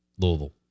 Louisville